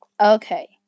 Okay